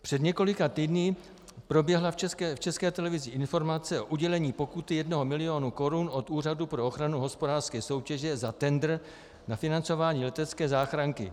Před několika týdny proběhla v České televizi informace o udělení pokuty jednoho milionu korun od Úřadu pro ochranu hospodářské soutěže za tendr na financování letecké záchranky.